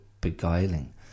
beguiling